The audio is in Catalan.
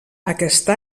aquesta